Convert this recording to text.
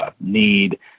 need